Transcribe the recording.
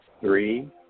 three